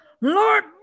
Lord